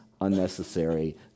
unnecessary